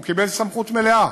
הוא קיבל סמכות מלאה.